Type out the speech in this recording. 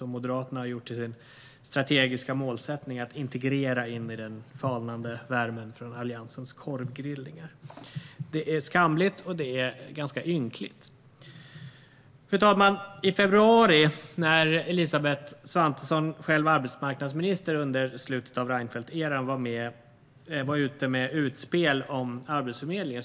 Moderaterna har gjort det till en strategisk målsättning att integrera in detta parti i den falnande värmen från Alliansens korvgrillningar. Det är skamligt och ganska ynkligt. Fru talman! I februari gjorde Elisabeth Svantesson, själv arbetsmarknadsminister under slutet av Reinfeldteran, utspel om Arbetsförmedlingen.